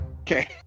Okay